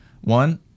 One